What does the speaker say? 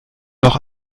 noch